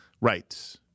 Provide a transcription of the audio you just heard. Right